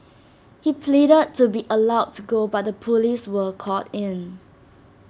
he pleaded to be allowed to go but the Police were called in